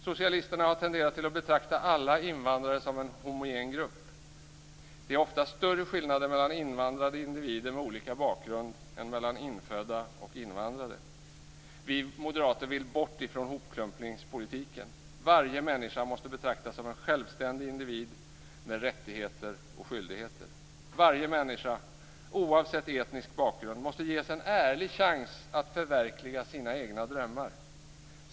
Socialisterna har tenderat att betrakta alla invandrare som en homogen grupp. Det är ofta större skillnader mellan invandrade individer med olika bakgrund än mellan infödda och invandrade. Vi moderater vill bort från hopklumpningspolitiken. Varje människa måste betraktas som en självständig individ med rättigheter och skyldigheter. Varje människa, oavsett etnisk bakgrund, måste ges en ärlig chans att förverkliga sina egna drömmar.